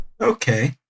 Okay